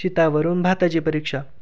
शितावरून भाताची परीक्षा